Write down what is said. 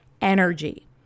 energy